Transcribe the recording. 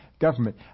government